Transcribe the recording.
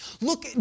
Look